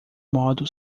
modo